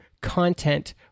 content